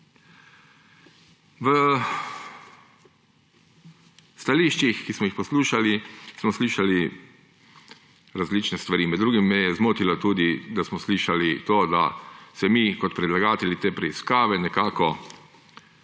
V stališčih, ki smo jih poslušali, smo slišali različne stvari, med drugim me je zmotilo tudi to, da smo slišali, da se mi kot predlagatelji te preiskave nekako